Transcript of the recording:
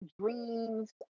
dreams